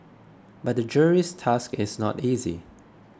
but the jury's task is not easy